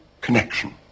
connection